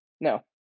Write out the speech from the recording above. No